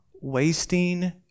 wasting